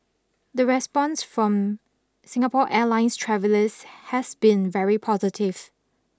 the response from Singapore Airlines travellers has been very positive